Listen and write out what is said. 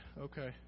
Okay